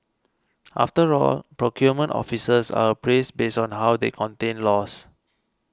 after all procurement officers are appraised based on how they contain loss